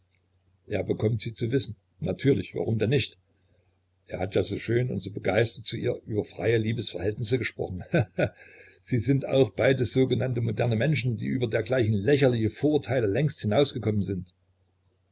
er bekommt sie zu wissen natürlich warum denn nicht er hat ja so schön und so begeistert zu ihr über freie liebesverhältnisse gesprochen he he sie sind auch beide sogenannte moderne menschen die über dergleichen lächerliche vorurteile längst hinausgekommen sind